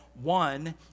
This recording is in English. one